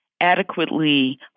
adequately